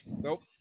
Nope